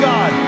God